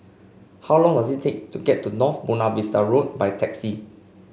how long does it take to get to North Buona Vista Road by taxi